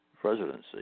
presidency